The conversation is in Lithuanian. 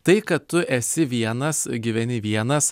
tai kad tu esi vienas gyveni vienas